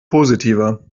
positiver